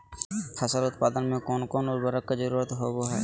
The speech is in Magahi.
फसल उत्पादन में कोन कोन उर्वरक के जरुरत होवय हैय?